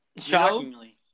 Shockingly